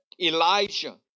Elijah